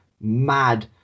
mad